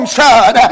son